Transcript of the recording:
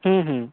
हूँ हूँ